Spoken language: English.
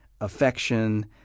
affection